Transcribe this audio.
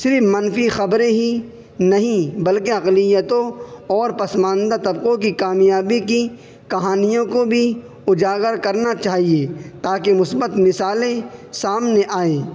صرف منفی خبریں ہی نہیں بلکہ اقلیتوں اور پسماندہ طبقوں کی کامیابی کی کہانیوں کو بھی اجاگر کرنا چاہیے تا کہ مثبت مثالیں سامنے آئیں